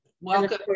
welcome